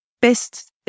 best